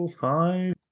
Five